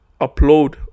upload